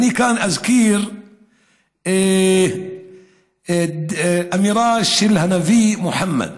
ואני כאן אזכיר את האמירה של הנביא מוחמד,